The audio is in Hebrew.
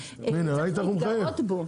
ראיתי איך נציג האוצר מחייך?